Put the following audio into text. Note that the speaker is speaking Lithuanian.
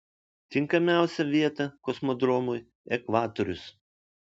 tinkamiausia vieta kosmodromui ekvatorius